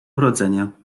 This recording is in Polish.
urodzenia